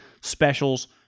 specials